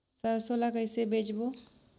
सरसो ला कइसे बेचबो?